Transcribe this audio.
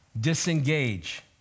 disengage